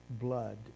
blood